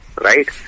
Right